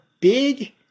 big